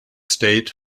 state